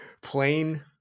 Plain